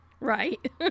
Right